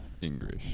English